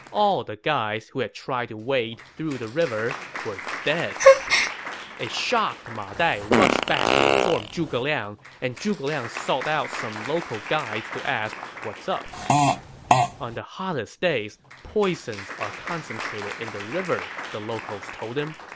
all the guys who had tried to wade through the river were dead a shocked ma dai rushed back to inform zhuge liang, and zhuge liang sought out some local guides to ask what's up on the hottest days, poisons are concentrated in the river, the locals told him.